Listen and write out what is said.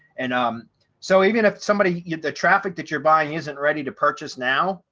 and um so even if somebody the traffic that you're buying isn't ready to purchase now,